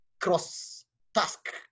cross-task